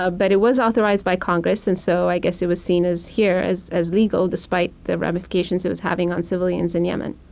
ah but it was authorized by congress, and so i guess it was seen here as as legal despite the ramifications it was having on civilians in yemen.